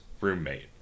roommate